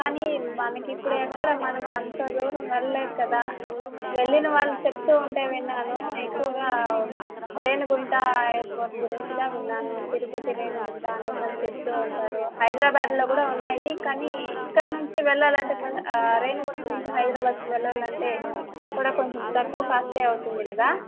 కానీ మనకు ఇప్పుడు ఎక్కడ మనము అంత దూరం వెళ్ళలేదూ కదా వెళ్ళిన వాళ్ళు చెప్తూ ఉంటే విన్నాను ఎక్కువగా రేణిగుంట ఎయిర్పోర్ట్ గురించి ద విన్నాను తిరుపతి రేణిగుంట అనేసి అని చెప్తూ ఉంటారు హైదరాబాద్లో కూడా ఉన్నాయి కానీ ఇక్కడ నుంచి వెళ్ళాలంటే కూడా రేణిగుంట నుంచి హైదరాబాద్కు వెళ్లాలంటే ఇక్కడ కొంచెం తక్కువ కాస్ట్ ఏ అవుతుంది కదా